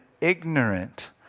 ignorant